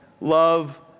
Love